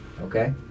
Okay